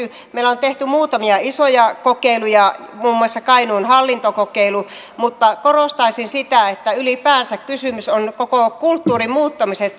meillä on tehty muutamia isoja kokeiluja muun muassa kainuun hallintokokeilu mutta korostaisin sitä että ylipäänsä kysymys on koko kulttuurin muuttamisesta